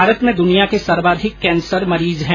भारत में दृनिया के सर्वाधिक कैंसर मरीज है